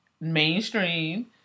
mainstream